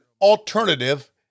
alternative